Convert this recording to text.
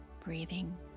Breathing